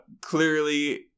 Clearly